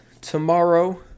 tomorrow